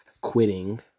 quitting